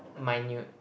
minute